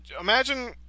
imagine